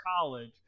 college